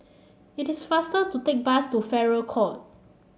it is faster to take bus to Farrer Court